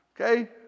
okay